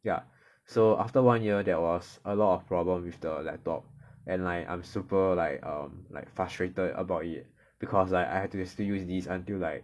ya so after one year there was a lot of problems with the laptop and like I'm super like um like frustrated about it because like I had to still use this until like